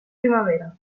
primavera